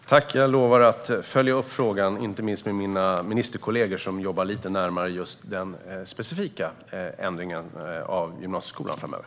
Herr talman! Jag lovar att följa upp frågan, inte minst med mina ministerkolleger som jobbar lite närmare med just den specifika ändringen av gymnasieskolan, framöver.